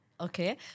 Okay